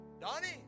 Donnie